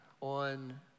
on